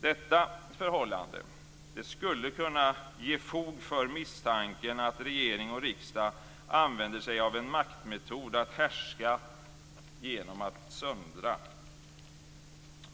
Detta förhållande skulle kunna ge fog för misstanken att regering och riksdag använder sig av maktmetoden att härska genom att söndra.